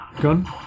gun